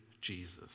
Jesus